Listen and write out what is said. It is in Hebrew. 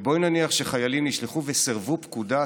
ובואי נניח שחיילים נשלחו וסירבו פקודה,